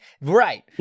Right